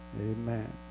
Amen